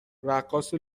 رقاص